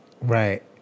Right